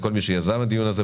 לכל מי שיזם את הדיון הזה,